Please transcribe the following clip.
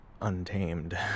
untamed